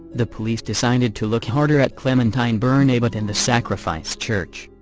the police decided to look harder at clementine bernabet and the sacrifice church.